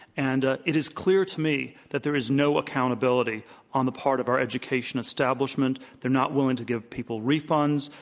and it is clear to me that there is no accountability on the part of our education establishment. they're not willing to give people refunds.